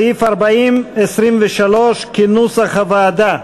סעיף 40(23), כנוסח הוועדה.